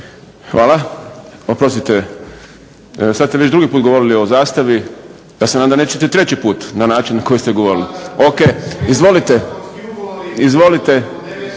Hvala. Oprostite, sada ste već drugi puta govorili o zastavi, ja se nadam da nećete i treći puta na način koji ste govorili. O.k. Izvolite gospodin